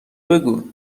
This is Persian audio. بگو